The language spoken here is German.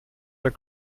der